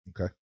Okay